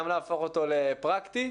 גם להפוך אותו לפרקטי.